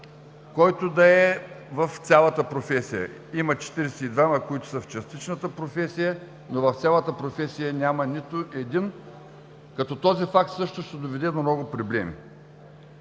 който да е в цялата професия. Има 42-ма, които са в частичната професия, но в цялата професия няма нито един, като този факт също ще доведе до много проблеми.